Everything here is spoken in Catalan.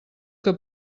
que